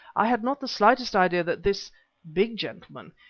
i had not the slightest idea that this big gentleman,